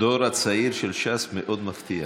הדור הצעיר של ש"ס מאוד מבטיח.